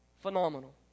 Phenomenal